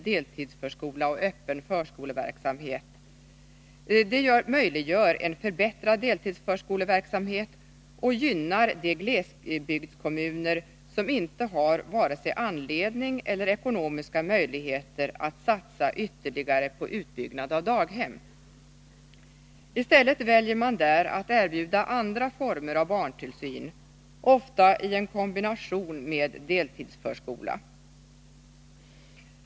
deltidsförskola och öppen förskoleverksamhet möjliggör en förbättrad deltidsförskoleverksamhet och gynnar de glesbygdskommuner som inte har vare sig anledning eller ekonomiska möjligheter att satsa ytterligare på utbyggnad av daghemmen. I stället väljer man där att erbjuda andra former av barntillsyn, ofta i en kombination med deltidsförskola.